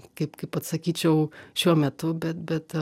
kaip kaip atsakyčiau šiuo metu bet bet